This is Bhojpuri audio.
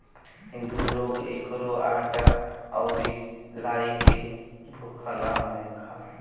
हिंदू लोग एकरो आटा अउरी लाई के भुखला में खाला